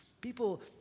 People